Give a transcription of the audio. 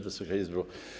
Wysoka Izbo!